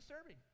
serving